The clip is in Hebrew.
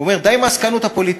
הוא אומר: די עם העסקנות הפוליטית,